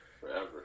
forever